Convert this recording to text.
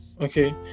okay